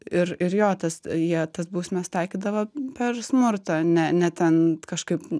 ir ir jo tas jie tas bausmes taikydavo per smurtą ne ne ten kažkaip